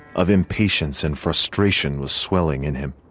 of impatience and frustration was swelling in him,